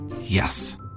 Yes